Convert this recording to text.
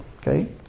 okay